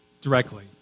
directly